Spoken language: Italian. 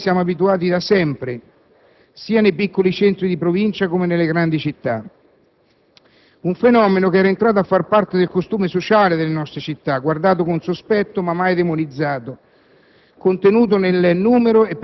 È un fenomeno, questo, al quale siamo abituati da sempre, sia nei piccoli centri di Provincia come nelle grandi città, un fenomeno che era entrato a far parte del costume sociale delle nostre città, guardato con sospetto ma mai demonizzato,